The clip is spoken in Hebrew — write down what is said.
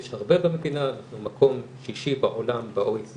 יש הרבה במדינה, אנחנו במקום שישי בעולם ב-OECD